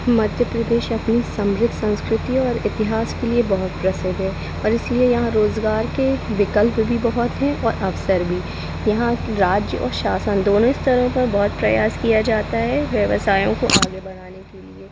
मध्य प्रदेश अपनी समृद्ध संस्कृति और इतिहास के लिए बहुत प्रसिद्ध है और इसलिए यहाँ रोज़गार के विकल्प भी बहुत हैं और अवसर भी यहाँ के राज्य और शासन दोनों स्तरों पर बहुत प्रयास किया जाता है व्यवसायों को